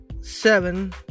seven